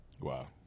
Wow